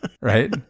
right